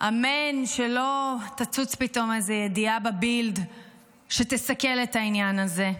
אמן שלא תצוץ פתאום איזו ידיעה בבילד שתסכל את העניין הזה.